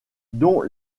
dont